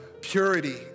purity